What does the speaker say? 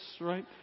right